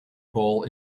ball